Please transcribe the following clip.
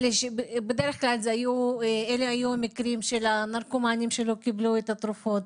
בדרך כלל אלה היו מקרים של נרקומנים שלא קיבלו את התרופות.